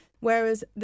Whereas